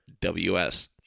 WS